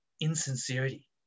insincerity